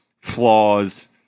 flaws